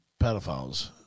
pedophiles